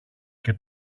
και